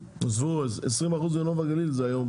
עזבו, אז 20 אחוז בנוף הגליל היום